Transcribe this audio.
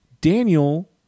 Daniel